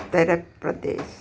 Uttar Pradesh